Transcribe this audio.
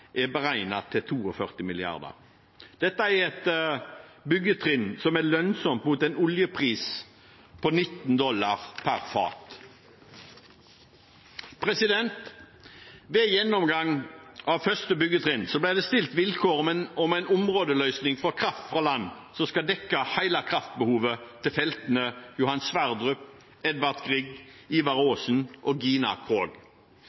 er beregnet til 42 mrd. kr. Dette er et byggetrinn som er lønnsomt selv ved en oljepris på 19 dollar per fat. Ved gjennomgang av første byggetrinn ble det stilt vilkår om en områdeløsning for kraft fra land som skal dekke hele kraftbehovet til feltene Johan Sverdrup, Edvard Grieg, Ivar